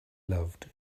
loved